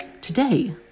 Today